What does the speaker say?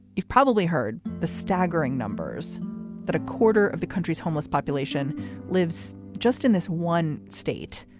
you've probably heard the staggering numbers that a quarter of the country's homeless population lives just in this one state.